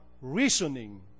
reasoning